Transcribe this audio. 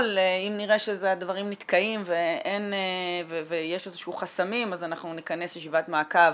אם נראה שהדברים נתקעים ויש איזה שהם חסמים אז אנחנו נכנס ישיבת מעקב